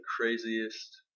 craziest